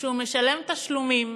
שהוא משלם תשלומים